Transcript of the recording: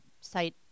site